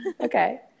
Okay